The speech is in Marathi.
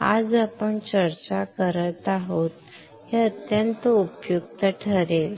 आपण आज चर्चा करत आहोत हे अत्यंत उपयुक्त ठरेल